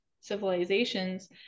civilizations